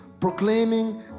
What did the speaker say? proclaiming